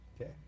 Okay